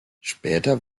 später